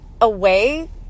away